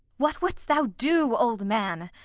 what wouldst thou do, old man?